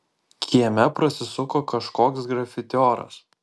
kieme prasisuko kažkoks grafitioras